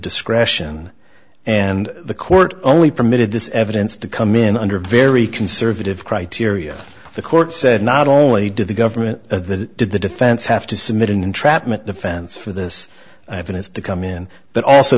discretion and the court only permitted this evidence to come in under very conservative criteria the court said not only did the government the did the defense have to submit an entrapment defense for this evidence to come in but also